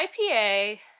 IPA